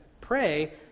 pray